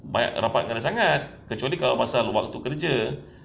ba~ rapatkan sangat kecuali pasal waktu kerja